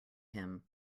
him